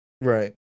Right